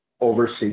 overseas